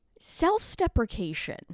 Self-deprecation